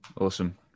Awesome